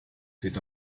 c’est